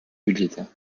budgétaire